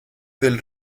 del